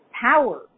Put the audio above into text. power